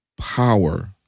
Power